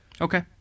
okay